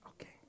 Okay